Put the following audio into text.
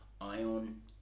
ion